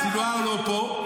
סנוואר לא פה.